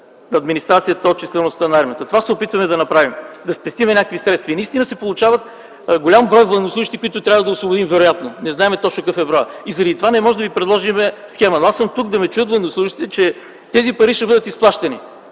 на администрацията от числеността на армията. Това се опитваме да направим – да спестим някакви средства. Наистина се получава голям брой военнослужещи, които трябва да освободим вероятно. Не знаем точно какъв е броят. Затова не можем да ви предложим схема. Аз съм тук да ме чуят военнослужещите, че тези пари ще бъдат изплащани.